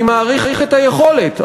אני מעריך את היכולת,